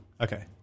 Okay